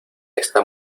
está